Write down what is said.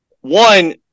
One